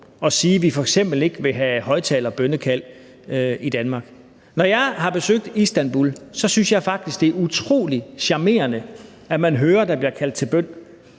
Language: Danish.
at sige, at vi f.eks. ikke vil have højttalerbønnekald i Danmark. Når jeg har besøgt Istanbul, synes jeg faktisk, det er utrolig charmerende, at man hører, at der bliver kaldt til bøn